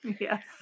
Yes